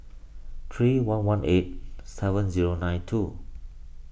three one one eight seven zero nine two